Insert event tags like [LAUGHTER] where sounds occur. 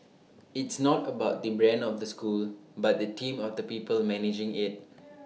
it's not about the brand of the school but the team of the people managing IT [NOISE]